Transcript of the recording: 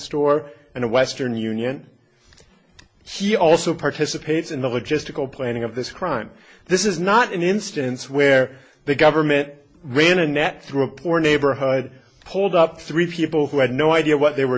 store in a western union he also participates in the logistical planning of this crime this is not an instance where the government the internet through a poor neighborhood pulled up three people who had no idea what they were